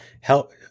help